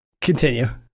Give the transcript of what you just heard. continue